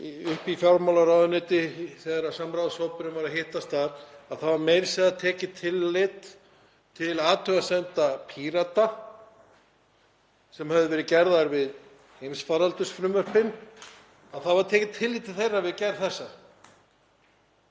uppi í fjármálaráðuneyti þegar samráðshópurinn var að hittast þar að það var meira að segja tekið tillit til athugasemda Pírata sem höfðu verið gerðar við heimsfaraldursfrumvörpin. Það var tekið tillit til þeirra við gerð þessa